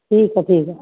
ठीकु आहे ठीकु आहे